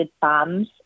bombs